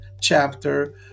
chapter